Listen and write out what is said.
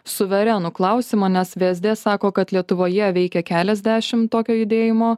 suverenų klausimo nes vsd sako kad lietuvoje veikia keliasdešimt tokio judėjimo